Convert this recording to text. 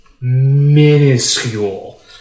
minuscule